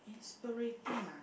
inspiriting ah